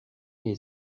les